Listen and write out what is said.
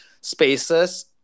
spaces